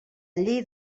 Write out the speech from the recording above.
llei